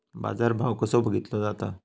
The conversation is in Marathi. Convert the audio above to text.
बाजार भाव कसो बघीतलो जाता?